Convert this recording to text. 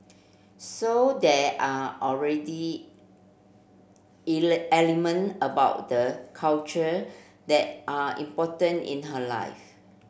so there are already element about the culture that are important in her life